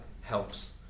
helps